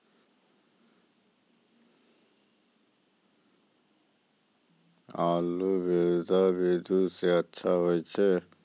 आलु बोहा विधि सै अच्छा होय छै?